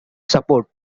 support